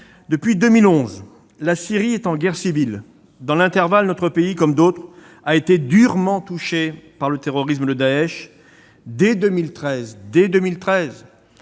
Depuis 2011, la Syrie est en guerre civile. Dans l'intervalle, notre pays, comme d'autres, a été durement touché par le terrorisme de Daech. Dès 2013, avant